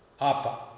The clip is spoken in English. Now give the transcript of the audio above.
APA